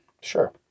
Sure